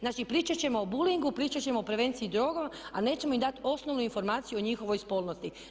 Znači, pričat ćemo o bullingu, pričat ćemo o prevenciji droga ali nećemo im dati osnovnu informaciju o njihovoj spolnosti.